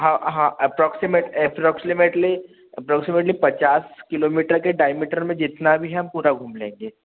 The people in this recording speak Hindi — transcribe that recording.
हाँ हाँ एप्रोक्सीमेट एप्रोक्सीमेटली एप्रोक्सीमेटली पचास किलोमीटर के डायमीटर में जितना भी है हम पूरा घूम लेंगे